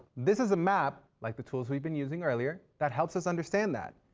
this is a map like the tools we've been using earlier that helps us understand that.